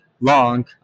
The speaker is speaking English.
long